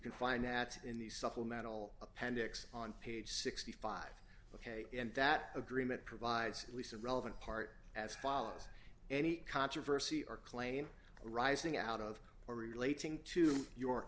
can find that in the supplemental appendix on page sixty five ok and that agreement provides at least and relevant part as follows any controversy or clane arising out of or relating to your